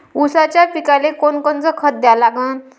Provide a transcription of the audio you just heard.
ऊसाच्या पिकाले कोनकोनचं खत द्या लागन?